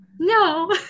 No